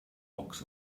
box